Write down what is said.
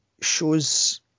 shows